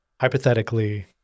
hypothetically